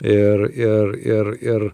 ir ir ir ir